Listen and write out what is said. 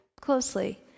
closely